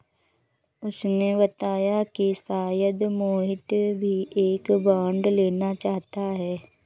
उसने बताया कि शायद मोहित भी एक बॉन्ड लेना चाहता है